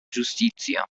giustizia